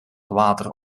water